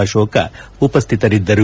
Ashok ಉಪಸ್ನಿತರಿದ್ದರು